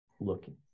looking